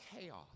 chaos